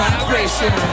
Vibration